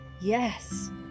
Yes